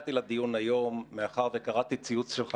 הגעתי לדיון היום מאחר וקראתי ציוץ שלך